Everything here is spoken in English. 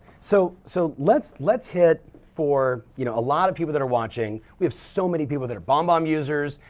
so so let's let's hit for you know a lot of people that are watching, we have so many people that are bombbomb users,